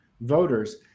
voters